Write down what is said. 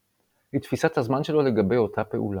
היא תפיסת הזמן שלו לגבי אותה פעולה.